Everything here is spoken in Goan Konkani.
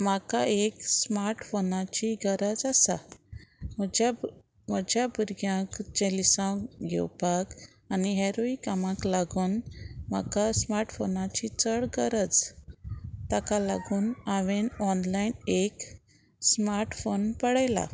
म्हाका एक स्मार्ट फोनाची गरज आसा म्हज्या म्हज्या भुरग्यांचें लिसांव घेवपाक आनी हेरूय कामाक लागून म्हाका स्मार्ट फोनाची चड गरज ताका लागून हांवेन ऑनलायन एक स्मार्ट फोन पळयला